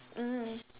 mmhmm